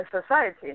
society